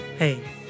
Hey